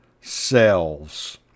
selves